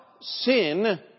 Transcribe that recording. sin